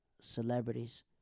celebrities